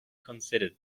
considered